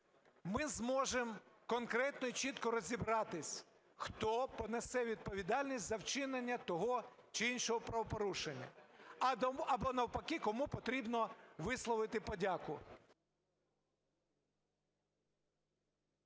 ми зможемо конкретно і чітко розібратися, хто понесе відповідальність за вчинення того чи іншого правопорушення або навпаки, кому потрібно висловити подяку.